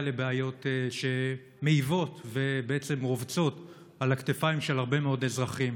לבעיות שמעיבות ובעצם רובצות על הכתפיים של הרבה מאוד אזרחים.